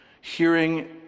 Hearing